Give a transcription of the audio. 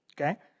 Okay